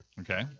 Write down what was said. Okay